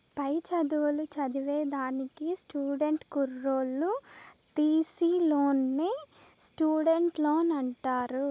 పై చదువులు చదివేదానికి స్టూడెంట్ కుర్రోల్లు తీసీ లోన్నే స్టూడెంట్ లోన్ అంటారు